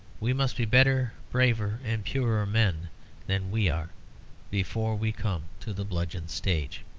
we must be better, braver, and purer men than we are before we come to the bludgeon stage.